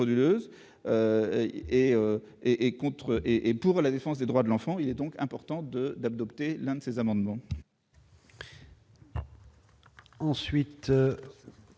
Pour la défense des droits de l'enfant, il est important d'adopter ces amendements.